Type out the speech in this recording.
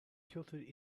tilted